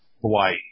Hawaii